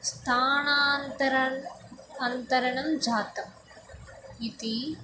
स्थानान्तरम् अन्तरणं जातम् इति